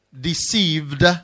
deceived